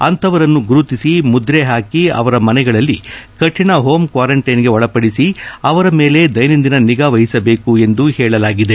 ಅಂಥವರನ್ನು ಗುರುತಿಸಿ ಮುದ್ರೆ ಹಾಕಿ ಅವರ ಮನೆಗಳಲ್ಲಿ ಕಠಿಣ ಹೋಂ ಕ್ನಾರಂಟೈನ್ಗೆ ಒಳಪಡಿಸಿ ಅವರ ಮೇಲೆ ದೈನಂದಿನ ನಿಗಾ ವಹಿಸಬೇಕು ಎಂದು ಹೇಳಲಾಗಿದೆ